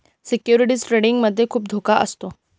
securities trading मध्ये खुप धोका असतो